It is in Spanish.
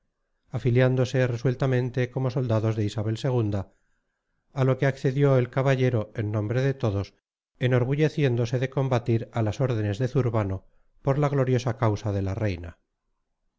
afiliándose resueltamente como soldados de isabel ii a lo que accedió el caballero en nombre de todos enorgulleciéndose de combatir a las órdenes de zurbano por la gloriosa causa de la reina